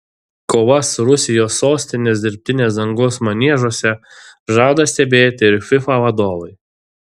kovas rusijos sostinės dirbtinės dangos maniežuose žada stebėti ir fifa vadovai